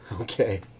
Okay